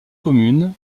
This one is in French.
communes